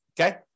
Okay